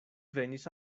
venis